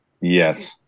Yes